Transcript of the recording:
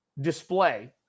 display